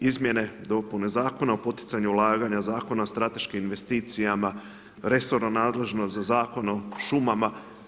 Izmjene i dopune Zakona o poticanju ulaganja, Zakona o strateškim investicijama, resorno nadležno za Zakon o šumama.